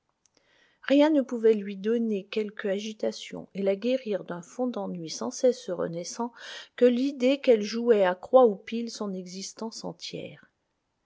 rien ne pouvait lui donner quelque agitation et la guérir d'un fond d'ennui sans cesse renaissant que l'idée qu'elle jouait à croix ou pile son existence entière